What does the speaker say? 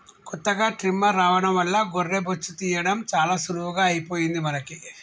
కొత్తగా ట్రిమ్మర్ రావడం వల్ల గొర్రె బొచ్చు తీయడం చాలా సులువుగా అయిపోయింది మనకి